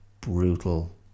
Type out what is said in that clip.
brutal